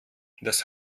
das